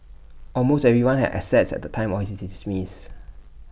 almost everyone has assets at the time of his is Smith